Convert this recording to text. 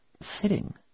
sitting